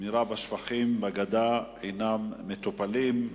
רוב השפכים בגדה אינם מטופלים.